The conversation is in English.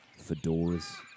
Fedoras